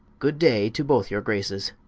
good day to both your graces